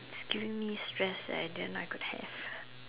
giving me stress that I didn't know I could have